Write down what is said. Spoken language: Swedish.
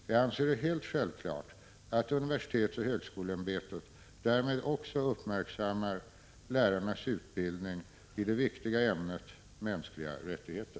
Jag anser det helt självklart att UHÄ därmed också uppmärksammar lärarnas utbildning i det viktiga ämnet mänskliga rättigheter.